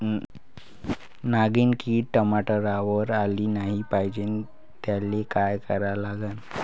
नागिन किड टमाट्यावर आली नाही पाहिजे त्याले काय करा लागन?